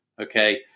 Okay